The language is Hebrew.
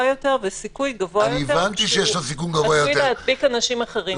וסיכוי גבוה יותר שהוא ידביק אנשים אחרים.